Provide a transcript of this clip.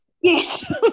yes